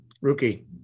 Rookie